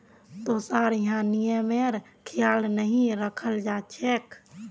तोसार यहाँ नियमेर ख्याल नहीं रखाल जा छेक